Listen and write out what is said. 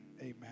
Amen